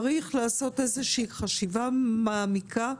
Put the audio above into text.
צריך לעשות חשיבה מעמיקה.